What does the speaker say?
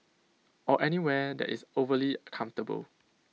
or anywhere that is overly comfortable